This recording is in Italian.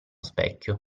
specchio